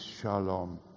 shalom